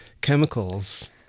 chemicals